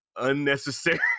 unnecessary